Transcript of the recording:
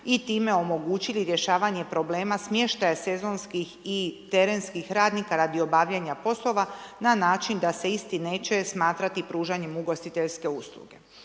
i time omogućili rješavanje problema smještaja sezonskih i terenskih radnika radi obavljanja poslova na način da se isti neće isti neće smatrati pružanjem ugostiteljske usluge.